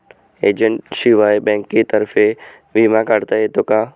एजंटशिवाय बँकेतर्फे विमा काढता येतो का?